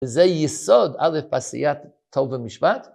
וזה יסוד, אל"ף, עשיית טוב ומשפט